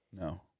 No